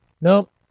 nope